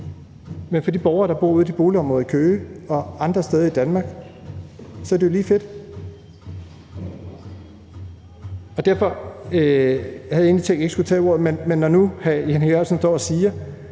men for de borgere, der bor ude i de boligområder i Køge og andre steder i Danmark, er det jo lige fedt. Jeg havde egentlig tænkt, at jeg ikke skulle tage ordet, men når nu hr. Jan E. Jørgensen står og siger,